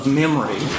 memory